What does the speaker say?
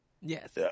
Yes